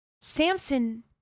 Samson